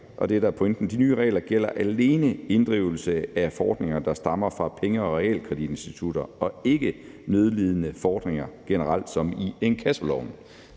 der er pointen – gælder alene inddrivelse af fordringer, der stammer fra penge- og realkreditinstitutter og ikke nødlidende fordringer generelt som i inkassoloven.